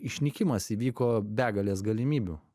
išnykimas įvyko begalės galimybių